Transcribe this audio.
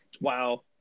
Wow